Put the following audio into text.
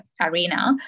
arena